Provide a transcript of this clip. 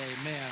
amen